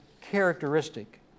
characteristic